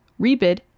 rebid